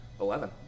Eleven